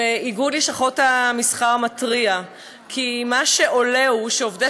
איגוד לשכות המסחר מתריע כי מה שעולה הוא שעובדי